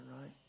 right